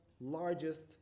largest